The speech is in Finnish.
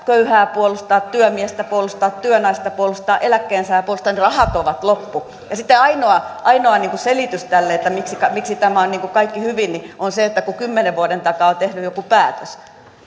köyhää puolustaa työmiestä puolustaa työnaista puolustaa eläkkeensaajaa puolustaa niin rahat ovat loppu sitten ainoa ainoa selitys tälle että miksi kaikki on hyvin on se kun kymmenen vuoden takaa on tehty joku päätös